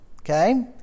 okay